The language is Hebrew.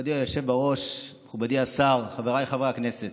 מכובדי היושב-ראש, מכובדי השר, חבריי חברי הכנסת,